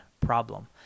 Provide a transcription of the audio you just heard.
problem